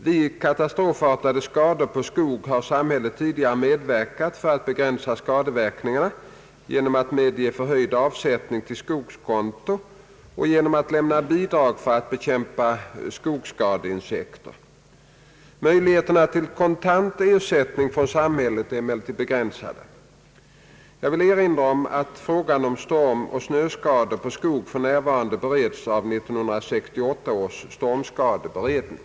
Vid katastrofartade skador på skog har samhället tidigare medverkat för att begränsa skadeverkningarna genom att medge förhöjd avsättning till skogskonto och genom att lämna bidrag för att bekämpa skogsskadeinsekter. Möjligheterna till kontant ersättning från samhället är emellertid begränsade. Jag vill erinra om att frågan om stormoch snöskador på skog f. n. bereds av 1968 års stormskadeberedning.